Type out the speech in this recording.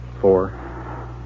Four